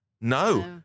No